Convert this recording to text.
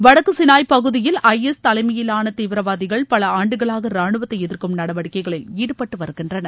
வடக்கு சினாய் பகுதியில் ஐஎஸ் தலைமையிலான தீவிரவாதிகள் பல ஆண்டுகளாக ராணுவத்தை எதிா்க்கும் நடவடிக்கைகளில் ஈடுபட்டு வருகின்றனர்